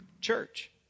church